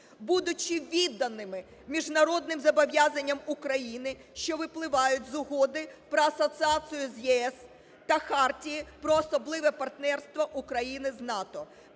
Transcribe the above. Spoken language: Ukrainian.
будучи відданими міжнародним зобов'язанням України, щоб випливають з Угоди про асоціацію з ЄС та Хартії про особливе партнерство України з НАТО,